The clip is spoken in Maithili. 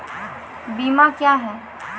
बीमा क्या हैं?